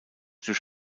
durch